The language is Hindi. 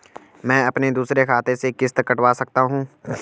मैं अपने दूसरे खाते से किश्त कटवा सकता हूँ?